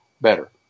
better